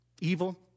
Evil